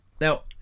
Now